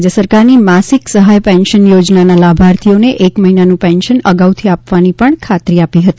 રાજ્ય સરકારની માસિક સહાય પેન્શન યોજનાના લાભાર્થીઓને એક મહિનાનું પેન્શન અગાઉથી આપવાની પણ ખાતરી આપી હતી